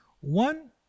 One